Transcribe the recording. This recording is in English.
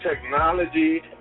technology